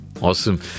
Awesome